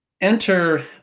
enter